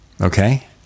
okay